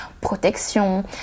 protection